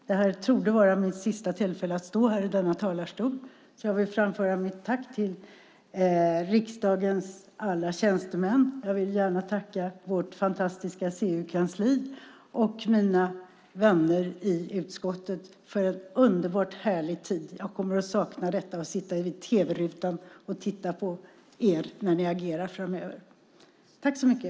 Det här torde vara mitt sista tillfälle att stå i denna talarstol, så jag vill framföra mitt tack till riksdagens alla tjänstemän. Jag vill gärna tacka vårt fantastiska CU-kansli och mina vänner i utskottet för en underbart härlig tid. Jag kommer att sakna detta, och jag kommer att sitta framför tv-rutan och titta på er när ni agerar framöver. Tack så mycket!